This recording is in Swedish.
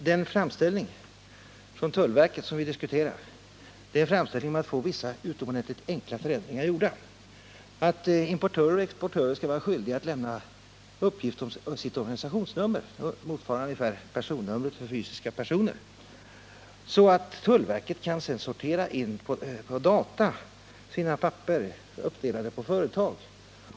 Det förslag från tullverket som vi diskuterar är en framställning om att få vissa utomordentligt enkla förändringar gjorda, nämligen att importörer och exportörer skall vara skyldiga att lämna uppgifter om sina organisationsnummer — det motsvarar ungefär personnumren för fysiska personer —så att tullverket sedan kan sortera in sina papper uppdelade på företag på data.